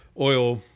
oil